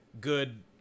good